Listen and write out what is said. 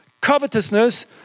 covetousness